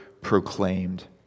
proclaimed